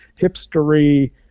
hipstery